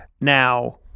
Now